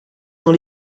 dans